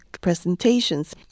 presentations